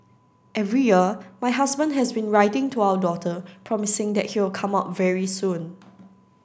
every year my husband has been writing to our daughter promising that he will come out very soon